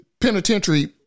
penitentiary